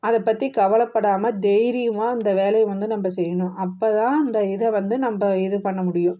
அதை பற்றி கவலைப்படாம தைரியமாக அந்த வேலையை வந்து நம்ப செய்யணும் அப்போ தான் இந்த இதை வந்து நம்ப இது பண்ண முடியும்